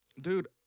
dude